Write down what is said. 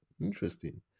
Interesting